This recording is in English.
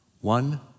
One